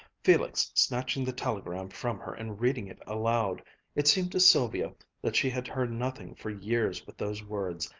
felix snatching the telegram from her and reading it aloud it seemed to sylvia that she had heard nothing for years but those words,